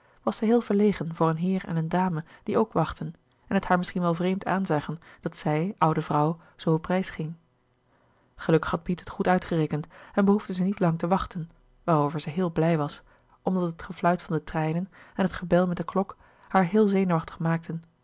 was zij heel verlegen voor een heer en een dame die ook wachtten en het haar misschien wel vreemd aanzagen dat zij oude vrouw zoo op reis ging gelukkig had piet het goed uitgerekend en behoefde zij niet lang te wachten waarover zij heel blij was omdat het gefluit van de treinen en het gebel met de klok haar heel zenuwachtig maakten